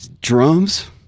drums